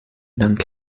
dank